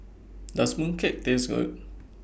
Does Mooncake Taste Good